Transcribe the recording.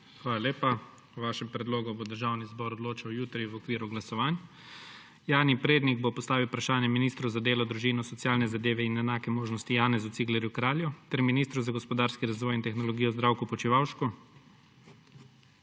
Hvala lepa. O vašem predlogu bo Državni zbor odločil jutri v okviru glasovanj. Jani Prednik bo postavil vprašanje ministru za delo, družino, socialne zadeve in enake možnosti Janezu Ciglerju Kralju ter ministru za gospodarski razvoj in tehnologijo Zdravku Počivalšku.